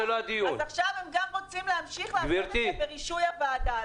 אז עכשיו הם גם רוצים להמשיך להעביר את זה ברישוי הוועדה.